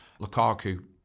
Lukaku